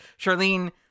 Charlene